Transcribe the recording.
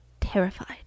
terrified